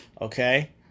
Okay